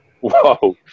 whoa